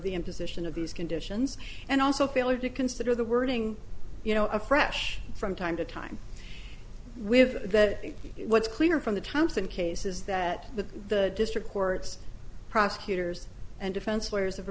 the imposition of these conditions and also failure to consider the wording you know afresh from time to time we have that what's clear from the thompson case is that the district courts prosecutors and defense lawyers have